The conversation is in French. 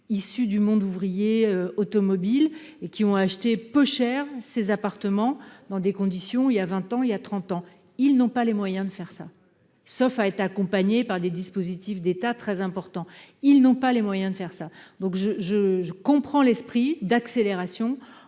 issu du monde ouvrier automobile et qui ont acheté peuchère, ces appartements, dans des conditions il y a 20 ans, il y a 30 ans, ils n'ont pas les moyens de faire ça, sauf à être accompagnés par des dispositifs d'État très important, ils n'ont pas les moyens de faire ça donc je, je, je comprends l'esprit d'accélération,